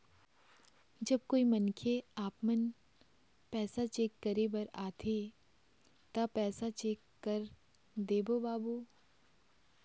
जब कोई मनखे आपमन पैसा चेक करे बर आथे ता पैसा चेक कर देबो बाबू?